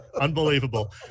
Unbelievable